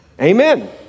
Amen